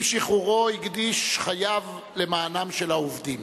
עם שחרורו הקדיש חייו למען העובדים.